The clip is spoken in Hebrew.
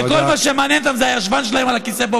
שכל מה שמעניין אותם זה הישבן שלהם על הכיסא פה,